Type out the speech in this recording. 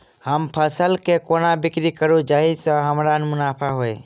हम फसल केँ कोना बिक्री करू जाहि सँ हमरा मुनाफा होइ?